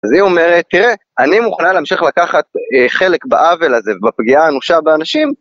אז היא אומרת, תראה, אני מוכנה להמשיך לקחת חלק בעוול הזה ובפגיעה אנושה באנשים.